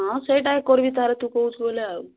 ହଁ ସେଇଟା କରିବି ତା'ହେଲେ ତୁ କହୁଛୁ ବୋଲେ ଆଉ